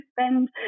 spend